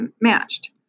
matched